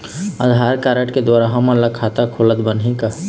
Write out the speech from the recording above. आधार card के द्वारा हमन ला खाता खोलत बनही का?